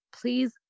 please